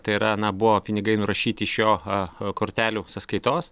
tai yra na buvo pinigai nurašyti iš jo a kortelių sąskaitos